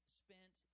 spent